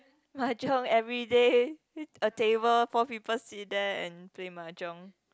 mahjong everyday a table four people sit there and play mahjong